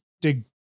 dig